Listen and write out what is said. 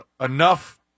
enough